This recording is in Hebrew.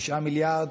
9 מיליארד,